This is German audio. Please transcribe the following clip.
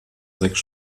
sechs